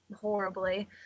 horribly